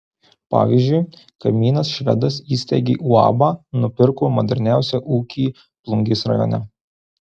pavyzdžiui kaimynas švedas įsteigė uabą nupirko moderniausią ūkį plungės rajone